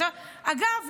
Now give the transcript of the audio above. אגב,